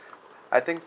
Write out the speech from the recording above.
I think